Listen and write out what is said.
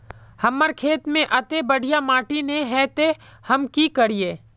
हमर खेत में अत्ते बढ़िया माटी ने है ते हम की करिए?